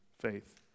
faith